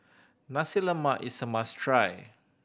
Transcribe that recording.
Nasi Lemak is a must try